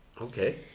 Okay